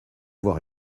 vois